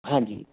ਹਾਂਜੀ